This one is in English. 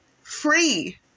free